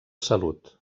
salut